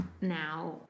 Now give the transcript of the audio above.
now